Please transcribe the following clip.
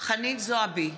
חנין זועבי,